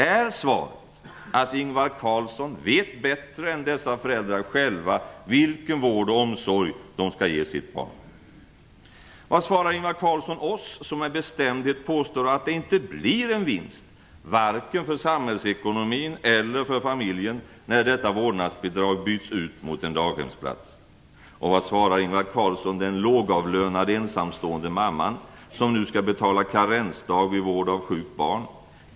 Är svaret att Ingvar Carlsson vet bättre än dessa föräldrar själva vilken vård och omsorg de skall ge sitt barn? Vad svarar Ingvar Carlsson oss som med bestämdhet påstår att det inte blir en vinst, vare sig för samhällsekonomin eller för familjerna, när detta vårdnadsbidrag byts ut mot en daghemsplats? Vad svarar Ingvar Carlsson den lågavlönade ensamstående mamman som nu skall betala karensdag vid vård av sjukt barn?